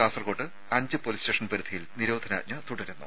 കാസർകോട്ട് അഞ്ച് police station പരിധിയിൽ നിരോധനാജ്ഞ തുടരുന്നു